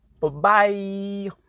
Bye-bye